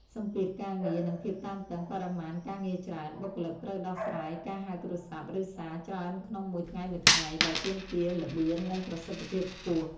សម្ពាធការងារ និងភាពតានតឹង បរិមាណការងារច្រើន បុគ្គលិកត្រូវដោះស្រាយការហៅទូរស័ព្ទ (ឬសារ) ច្រើនក្នុងមួយថ្ងៃៗ ដែលទាមទារល្បឿន និងប្រសិទ្ធភាពខ្ពស់។